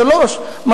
שלוש שנים,